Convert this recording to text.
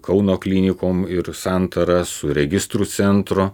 kauno klinikom ir santara su registrų centru